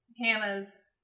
Hannah's